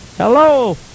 Hello